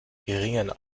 geringe